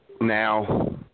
now